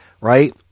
right